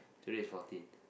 today is fourteen